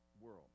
world